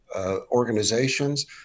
organizations